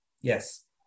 Yes